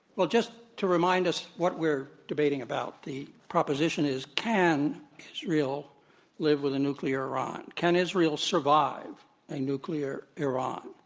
well, just to remind us what we're debating about. the proposition is, can israel live with a nuclear iran, can israel survive a nuclear iran.